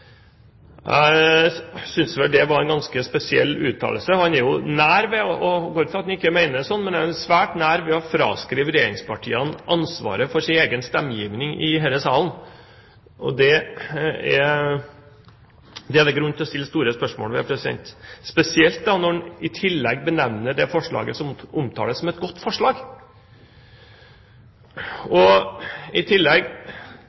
Jeg synes det var en ganske spesiell uttalelse. Jeg går ut fra at han ikke mente det sånn, men han var svært nær ved å fraskrive regjeringspartiene ansvaret for sin egen stemmegivning i denne salen. Det er det grunn til å stille spørsmål om, spesielt når han i tillegg benevner det forslaget som omtales, som et godt forslag. Når man i tillegg